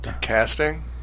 Casting